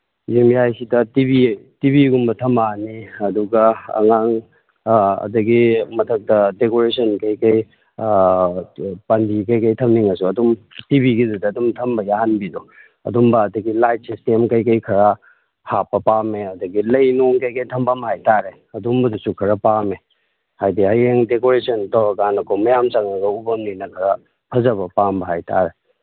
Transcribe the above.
ꯌꯨꯝꯌꯥꯏꯁꯤꯗ T V T ꯚꯤꯒꯨꯝꯕ ꯊꯝꯃꯛꯑꯅꯤ ꯑꯗꯨꯒ ꯑꯉꯥꯡ ꯑꯗꯒꯤ ꯃꯊꯛꯇ ꯗꯦꯀꯣꯔꯦꯁꯟ ꯀꯩꯀꯩ ꯄꯥꯟꯕꯤ ꯀꯩꯀꯩ ꯊꯝꯅꯤꯡꯉꯁꯨ ꯑꯗꯨꯝ ꯇꯤ ꯚꯤꯗꯨꯗ ꯑꯗꯨꯝ ꯊꯝꯕ ꯌꯥꯍꯟꯕꯤꯗꯣ ꯑꯗꯨꯝꯕ ꯑꯗꯒꯤ ꯂꯥꯏꯠ ꯁꯤꯁꯇꯦꯝ ꯀꯔꯤ ꯀꯔꯤ ꯈꯔ ꯍꯥꯞꯄ ꯄꯥꯝꯃꯦ ꯑꯗꯒꯤ ꯂꯩ ꯅꯨꯡ ꯀꯩꯀꯩ ꯊꯝꯕꯝ ꯍꯥꯏ ꯇꯥꯔꯦ ꯑꯗꯨꯝꯕꯗꯨꯁꯨ ꯈꯔ ꯄꯥꯝꯃꯦ ꯍꯥꯏꯗꯤ ꯍꯌꯦꯡ ꯗꯦꯀꯣꯔꯦꯁꯟ ꯇꯧꯔꯀꯥꯟꯗꯀꯣ ꯃꯌꯥꯝ ꯆꯪꯉꯒ ꯎꯕꯝꯅꯤꯅ ꯈꯔ ꯐꯖꯕ ꯄꯥꯝꯕ ꯍꯥꯏ ꯇꯥꯔꯦ